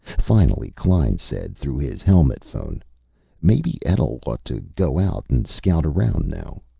finally klein said through his helmet phone maybe etl ought to go out and scout around now.